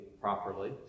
properly